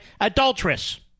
adulteress